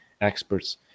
experts